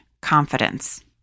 confidence